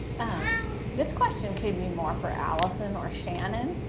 um this question could be more for alison or shannon.